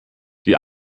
die